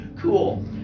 cool